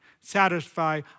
satisfy